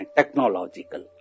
Technological